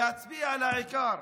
להצביע על העיקר.